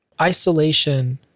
Isolation